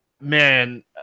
man